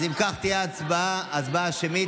אם כך, תהיה הצבעה שמית.